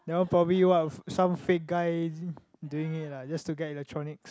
that one probably what some fake guy doing it lah just to get electronics